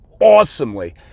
awesomely